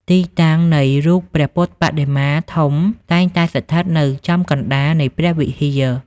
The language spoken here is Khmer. ទីតាំង នៃរូបព្រះពុទ្ធបដិមាធំតែងតែស្ថិតនៅចំកណ្តាលនៃព្រះវិហារ។